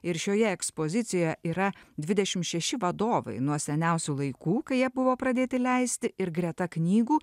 ir šioje ekspozicijoje yra dvidešim šeši vadovai nuo seniausių laikų kai jie buvo pradėti leisti ir greta knygų